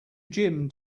gym